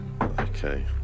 Okay